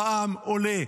המע"מ עולה.